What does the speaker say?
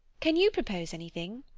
can you propose anything?